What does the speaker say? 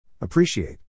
Appreciate